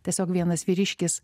tiesiog vienas vyriškis